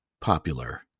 popular